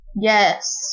Yes